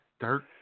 dirt